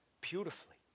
beautifully